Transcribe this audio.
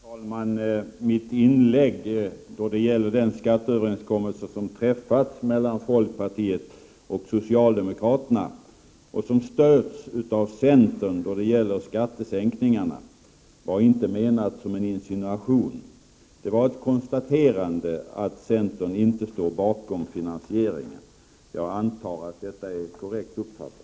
Herr talman! Mitt inlägg när det gäller den skatteöverenskommelse som träffades mellan folkpartiet och socialdemokraterna och som stöddes av centerpartiet i fråga om skattesänkningar var inte menat som en insinuation. Det var ett konstaterande av att centern inte står bakom finansieringen. Jag antar att det är korrekt uppfattat.